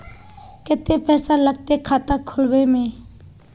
केते पैसा लगते खाता खुलबे में?